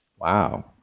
Wow